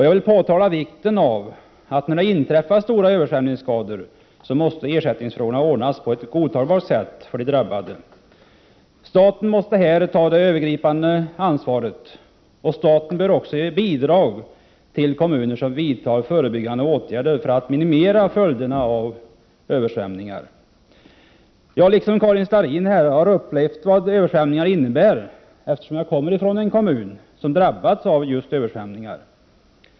Jag vill påtala vikten av att ersättningsfrågorna, när det inträffar stora översvämningsskador, ordnas på ett godtagbart sätt för de drabbade. Staten måste där ta det övergripande ansvaret och bör också ge bidrag till kommuner som vidtar förebyggande åtgärder för att minimera följderna av översvämningsskador. Liksom Karin Starrin har jag upplevt vad en översvämning innebär, eftersom jag kommer från en kommun som har drabbats av översvämningar.